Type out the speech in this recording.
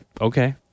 okay